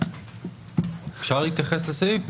אפשר להתייחס לסעיף?